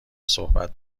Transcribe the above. صحبت